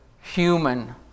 human